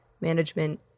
management